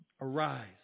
arise